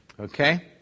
okay